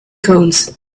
cones